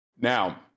Now